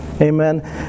Amen